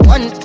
One